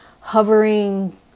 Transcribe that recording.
hovering